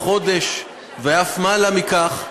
חודש ואף מעלה מכך,